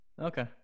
Okay